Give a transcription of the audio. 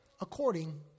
according